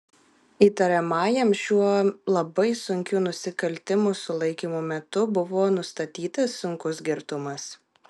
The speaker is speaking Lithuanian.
įtariamajam šiuo labai sunkiu nusikaltimu sulaikymo metu buvo nustatytas sunkus girtumas